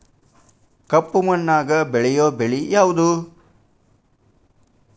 ಕಪ್ಪು ಮಣ್ಣಾಗ ಬೆಳೆಯೋ ಬೆಳಿ ಯಾವುದು?